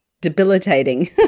debilitating